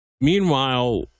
Meanwhile